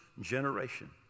generation